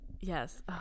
Yes